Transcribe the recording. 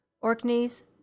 Orkneys